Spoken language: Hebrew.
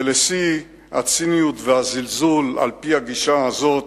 ולשיא הציניות והזלזול, על-פי הגישה הזאת,